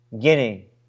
Guinea